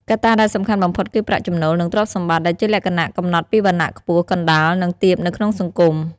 កត្តាដែលសំខាន់បំផុតគឺប្រាក់ចំណូល និងទ្រព្យសម្បត្តិ ដែលជាលក្ខណៈកំណត់ពីវណ្ណៈខ្ពស់ កណ្តាល និងទាបនៅក្នុងសង្គម។